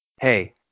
Hey